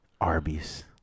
Arby's